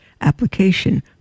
application